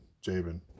Jabin